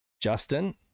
Justin